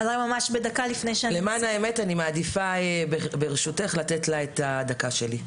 למען האמת ברשותך אני מעדיפה לתת לה את הדקה שלי.